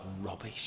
rubbish